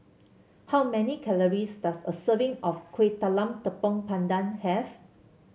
how many calories does a serving of Kueh Talam Tepong Pandan have